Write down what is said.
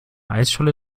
eisscholle